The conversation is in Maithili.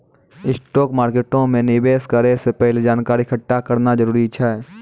स्टॉक मार्केटो मे निवेश करै से पहिले जानकारी एकठ्ठा करना जरूरी छै